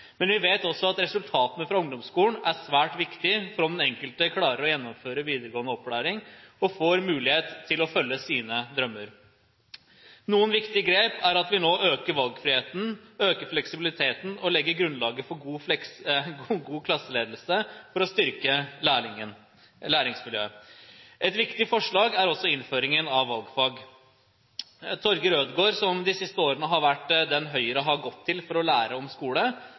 men vi vet også at resultatene fra ungdomsskolen er svært viktige for at den enkelte skal kunne klare å gjennomføre videregående opplæring og få mulighet til å følge sine drømmer. Noen viktige grep er at vi nå øker valgfriheten, øker fleksibiliteten og legger grunnlaget for god klasseledelse for å styrke læringsmiljøet. Et viktig forslag er også innføringen av valgfag. Torger Ødegaard, som de siste årene har vært den Høyre har gått til for å lære om skole,